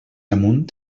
amunt